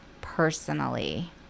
personally